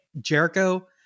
Jericho